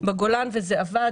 בגולן - וזה עבד.